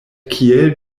kiel